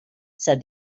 said